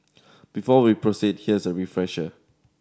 before we proceed here is a refresher